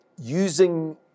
using